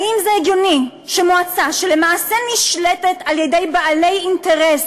האם זה הגיוני שמועצה שלמעשה נשלטת על-ידי בעלי אינטרס,